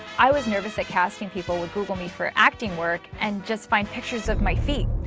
i was nervous that casting people would google me for acting work and just find pictures of my feet.